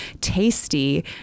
tasty